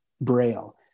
Braille